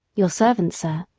your servant, sir,